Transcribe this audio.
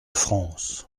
france